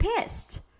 pissed